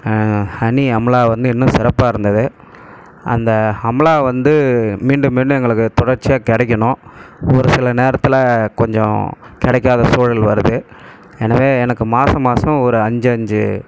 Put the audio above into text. honey Amala வந்து இன்னும் சிறப்பாக இருந்தது அந்த அமலா வந்து மீண்டும் மீண்டும் எங்களுக்கு தொடர்ச்சியாக கிடைக்கிணும் ஒரு சில நேரத்தில் கொஞ்சம் கிடைக்காத சூழல் வருது எனவே எனக்கு மாதம் மாதம் ஒரு அஞ்சு அஞ்சு